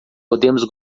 podemos